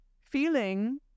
Feeling